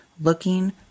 looking